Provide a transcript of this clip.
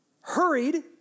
hurried